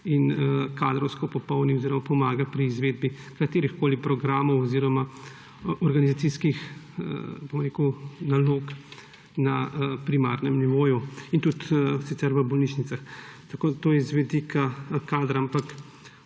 in kadrovsko popolni oziroma pomaga pri izvedbi katerihkoli programov oziroma organizacijskih nalog na primarnem nivoju in tudi sicer v bolnišnicah. To je z vidika kadra. Ampak